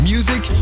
Music